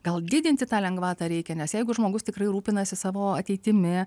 gal didinti tą lengvatą reikia nes jeigu žmogus tikrai rūpinasi savo ateitimi